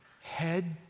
Head